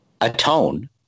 atone